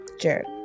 Jared